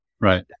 Right